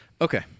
okay